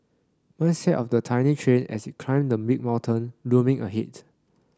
mindset of the tiny train as it climbed the big mountain looming ahead